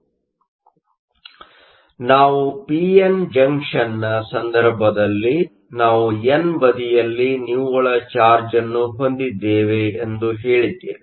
ಆದ್ದರಿಂದ ನಾವು P N ಜಂಕ್ಷನ್Junctionನ ಸಂದರ್ಭದಲ್ಲಿ ನಾವು ಎನ್ ಬದಿಯಲ್ಲಿ ನಿವ್ವಳ ಚಾರ್ಜ್Charge ಅನ್ನು ಹೊಂದಿದ್ದೇವೆ ಎಂದು ಹೇಳಿದ್ದೇವೆ